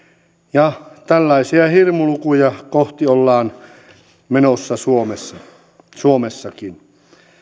ja tällaisia hirmulukuja kohti ollaan menossa suomessakin